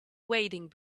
wading